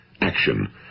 action